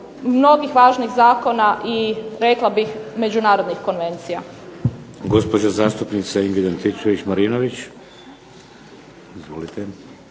mnogih važnih zakona i rekla bih međunarodnih konvencija.